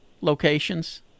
locations